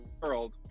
world